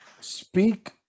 speak